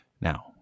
Now